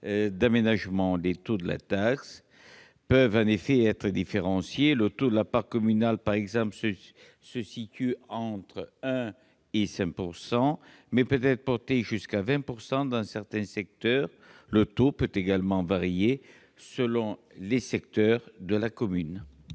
d'aménagement. Les taux de la taxe peuvent en effet être différenciés : le taux de la part communale, par exemple, se situe entre 1 % et 5 % mais peut être porté jusqu'à 20 % dans certains secteurs. Il peut également varier selon les secteurs de la commune.